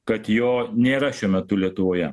kad jo nėra šiuo metu lietuvoje